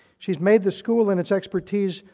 she's made the school, and its expertise,